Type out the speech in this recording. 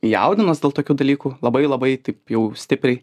jaudinuos dėl tokių dalykų labai labai taip jau stipriai